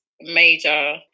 major